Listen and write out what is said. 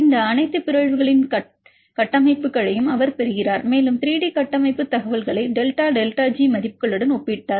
இந்த அனைத்து மரபுபிறழ்வுகளின் கட்டமைப்புகளையும் அவர் பெறுகிறார் மேலும் அவர் 3D கட்டமைப்பு தகவல்களை டெல்டா டெல்டா ஜி மதிப்புகளுடன் ஒப்பிட்டார்